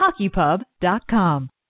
HockeyPub.com